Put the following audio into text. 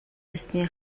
ёсны